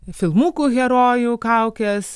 filmukų herojų kaukės